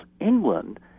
England